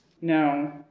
No